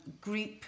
group